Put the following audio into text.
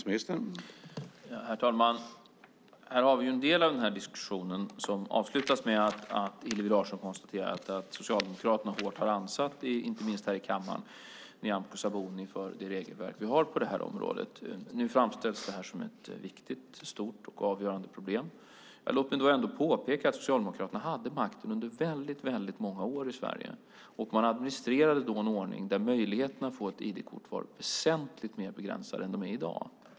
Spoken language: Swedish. Herr talman! Hillevi Larsson avslutar med att påminna om att Socialdemokraterna har ansatt Nyamko Sabuni hårt, inte minst här i kammaren, för det regelverk vi har på det här området. Nu framställs det här som ett viktigt, stort och avgörande problem. Låt mig då ändå påpeka att Socialdemokraterna hade makten under väldigt många år i Sverige. Man administrerade då en ordning där möjligheterna att få ID-kort var väsentligt mer begränsade än de är i dag.